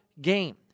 game